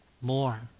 More